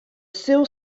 sill